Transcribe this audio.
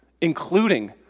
including